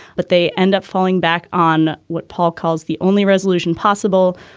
but they end up falling back on what paul calls the only resolution possible.